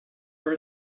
her